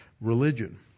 religion